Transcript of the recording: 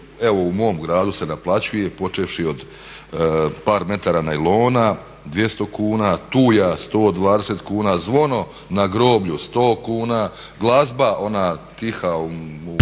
evo u mom gradu se naplaćuje počevši od par metara najlona 200 kuna, tuja 120 kuna, zvono na groblju 100 kuna, glazba ona tiha u